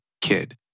kid